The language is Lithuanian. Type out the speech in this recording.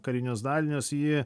karinius dalinius ji